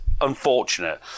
unfortunate